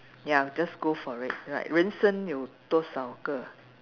ya just go for it right 人生有多少个